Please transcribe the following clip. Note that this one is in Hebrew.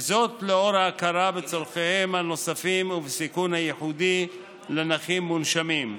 וזאת לאור ההכרה בצורכיהם הנוספים ובסיכון הייחודי לנכים מונשמים.